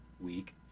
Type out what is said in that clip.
week